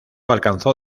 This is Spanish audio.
alcanzó